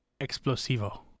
Explosivo